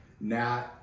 Nat